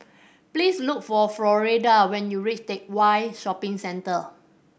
please look for Floretta when you reach Teck Whye Shopping Centre